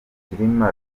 cyilima